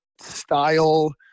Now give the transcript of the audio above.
style